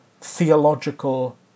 theological